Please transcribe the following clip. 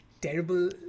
terrible